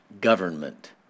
government